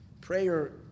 Prayer